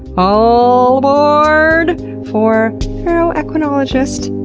all aboard for ferroequinologist,